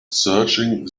searching